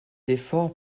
efforts